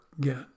get